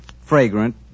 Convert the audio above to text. fragrant